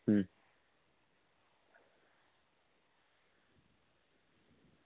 હંમ